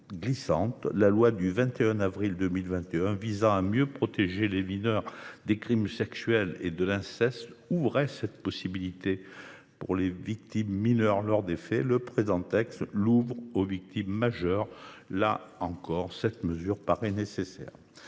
La loi du 21 avril 2021 visant à mieux protéger les mineurs des crimes sexuels et de l’inceste ouvrait cette possibilité pour les victimes mineures lors des faits. Le présent texte l’ouvre aux victimes majeures. Là encore, cette mesure paraît nécessaire.